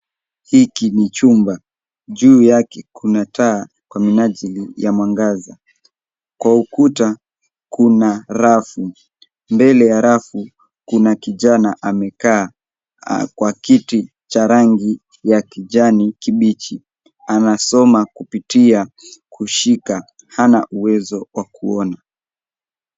Hiki ni chumba juu yake kuna taa kwa minajili ya mwangaza. Kwa ukuta kuna rafu. Mbele ya rafu kuna kijana amekaa kwa kiti cha rangi ya kijani kibichi. Anasoma kupitia kushika hana uwezo wa kuona.